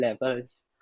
levels